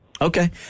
Okay